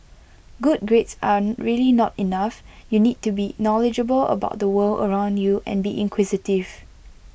good grades are really not enough you need to be knowledgeable about the world around you and be inquisitive